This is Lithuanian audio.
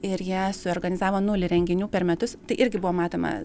ir jie suorganizavo nulį renginių per metus tai irgi buvo matoma